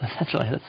Essentially